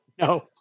No